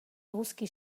eguzki